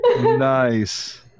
Nice